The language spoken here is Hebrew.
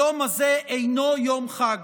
היום הזה אינו יום חג